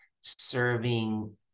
serving